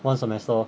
one semester